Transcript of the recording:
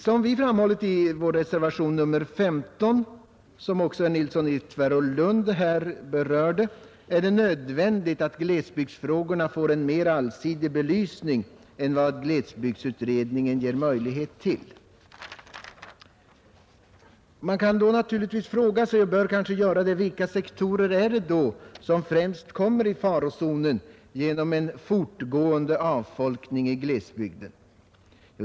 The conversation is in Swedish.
Som vi framhållit i reservationen 15, som också herr Nilsson i Tvärålund berörde, är det nödvändigt att glesbygdsfrågorna får en mer allsidig belysning än den som glesbygdsutredningen ger möjlighet till. Man kan kanske då fråga sig vilka sektorer det är som främst kommer i farozonen genom en fortgående avfolkning i glesbygderna.